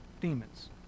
demons